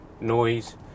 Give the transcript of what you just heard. noise